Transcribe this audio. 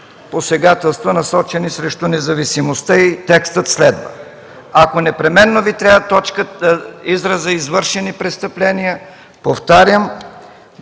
посегателства, насочени срещу независимостта” и текстът следва. Ако непременно Ви трябва изразът „извършени престъпления”, повтарям: